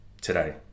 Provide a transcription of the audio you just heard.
today